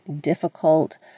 difficult